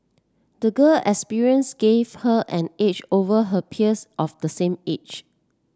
the girl experience gave her an edge over her peers of the same age